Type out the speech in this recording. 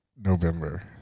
november